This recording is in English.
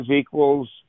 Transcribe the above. equals